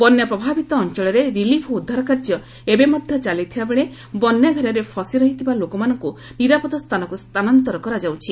ବନ୍ୟା ପ୍ରଭାବିତ ଅଞ୍ଚଳରେ ରିଲିଫ୍ ଓ ଉଦ୍ଧାର କାର୍ଯ୍ୟ ଏବେ ମଧ୍ୟ ଚାଲିଥିବାବେଳେ ବନ୍ୟାଘେରରେ ଫଶି ରହିଥିବା ଲୋକମାନଙ୍କୁ ନିରାପଦ ସ୍ଥାନକୁ ସ୍ଥାନାନ୍ତର କରାଯାଉଛି